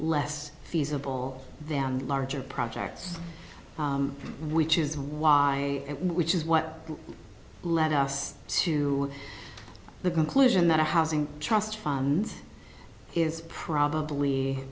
less feasible them larger projects which is why which is what led us to the conclusion that a housing trust fund is probably